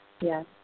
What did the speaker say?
Yes